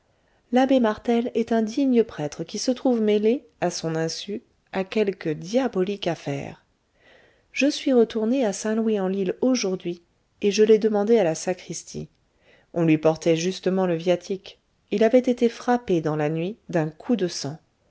l'abbé martel est un digne prêtre qui se trouve mêlé à son insu à quelque diabolique affaire je suis retourné à saint louis en lile aujourd'hui et je l'ai demandé à la sacristie on lui portait justement le viatique il avait été frappé dans la nuit d'un coup de sang